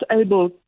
able